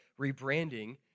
rebranding